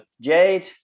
Jade